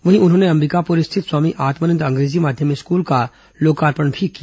वहीं उन्होंने अबिकापुर स्थित स्वामी आत्मानंद अंग्रेजी माध्यम स्कूल का लोकार्पण भी किया